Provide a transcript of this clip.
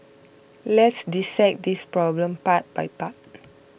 let's dissect this problem part by part